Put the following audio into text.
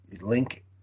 link